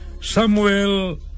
Samuel